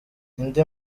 indi